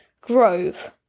Grove